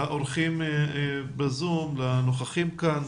לאורחים ב-זום ולנוכחים כאן.